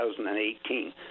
2018